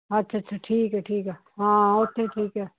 ਅੱਛਾ ਅੱਛਾ ਠੀਕ ਆ ਠੀਕ ਆ ਹਾਂ ਉੱਥੇ ਠੀਕ ਆ